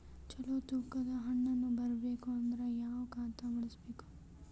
ಚಲೋ ತೂಕ ದ ಹಣ್ಣನ್ನು ಬರಬೇಕು ಅಂದರ ಯಾವ ಖಾತಾ ಬಳಸಬೇಕು?